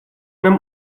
нам